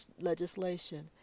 legislation